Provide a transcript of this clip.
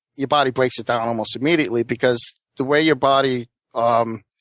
your body breaks it down almost immediately because the way your body um